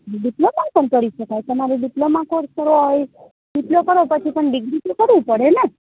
diploma પણ કરી શકાય તમારે ડિપ્લોમા કોર્સ કરવો હોય ડિપ્લો કરો તો પછી પણ ડિગ્રી તો કરવું પડે ને